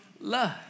love